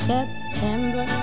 September